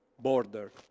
border